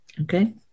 Okay